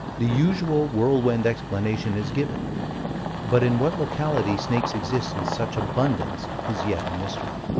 the usual whirlwind-explanation is given but in what locality snakes exist in such abundance is yet a mystery.